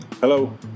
Hello